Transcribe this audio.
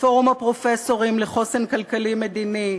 פורום הפרופסורים לחוסן כלכלי-מדיני,